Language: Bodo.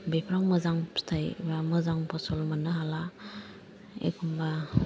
बेफ्राव मोजां फिथाइ एबा मोजां फसल मोननो हाला एखमबा